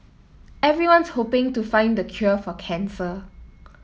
everyone's hoping to find the cure for cancer